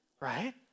right